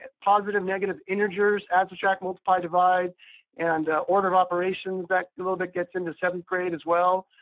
and positive, negative, integers, add, subtract, multiply, divide and order of operations. that a little bit gets into seventh grade as well.